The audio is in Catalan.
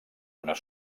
donar